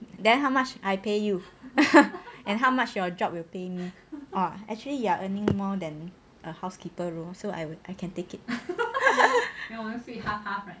then how much I pay you and how much your job will pay me orh actually you are earning more than a housekeeper role so I will I can take it